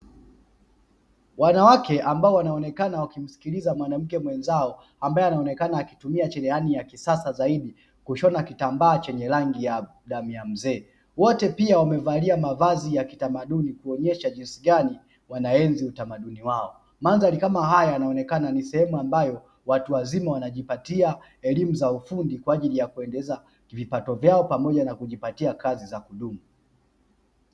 Wanawake ambao wanaonekana wakimsikiliza mwanamke mwenzao ambaye anaonekana akitumia cherehani ya kisasa zaidi kushona kitambaa chenye rangi ya damu ya mzee. Wote pia wakiwa wamevalia mavazi ya kitamaduni kuonyesha jinsi gani wanaenzi utamaduni wao. Mandhari kama haya yanaonekana ni sehemu ambayo watu wazima wanajipatia elimu za ufundi kwa ajili kuondeleza vipato vyao pamoja na kujipatia kazi za kudumu.